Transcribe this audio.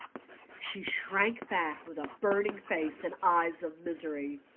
she shrank back with a burning face and eyes of misery.